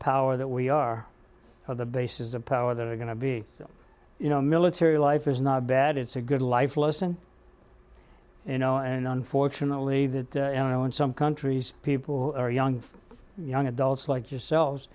power that we are the bases of power that are going to be you know military life is not bad it's a good life lesson you know and unfortunately that you know in some countries people who are young young adults like yourselves